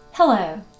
Hello